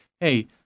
hey